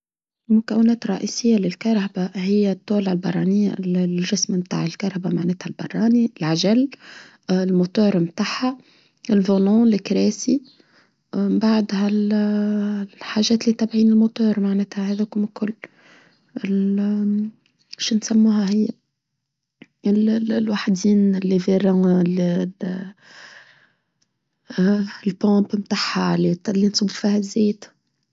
المكونات الرئيسية للكرهبة هي الطولة البرانية للجسم بتاع الكرهبة معناتها البراني العجل الموتور متاحها الفولان الكراسي من بعد هالحاجات اللي تبعين الموتور معناتها هذا كم كل شنسمها هي الوحدين اللي ڤيران البامب متاحة اللي نصب فيها زيت.